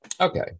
okay